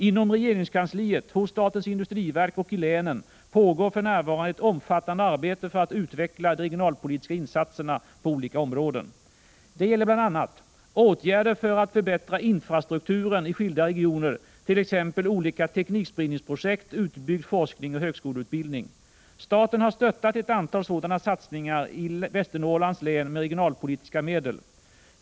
Inom regeringskansliet, hos statens industriverk och i länen pågår för närvarande ett omfattande arbete för att utveckla de regionalpolitiska insatserna på olika områden. Det gäller bl.a. åtgärder för att förbättra infrastrukturen i skilda regioner, t.ex. olika teknikspridningsprojekt, utbyggd forskning och högskoleutbildning. Staten har stöttat ett antal sådana satsningar i Västernorrlands län med regionalpolitiska medel.